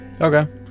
Okay